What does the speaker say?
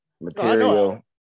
Material